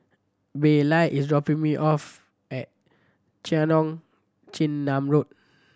Baylie is dropping me off at Cheong Chin Nam Road